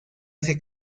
hace